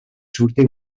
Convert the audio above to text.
surti